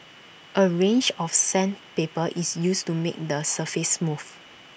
A range of sandpaper is used to make the surface smooth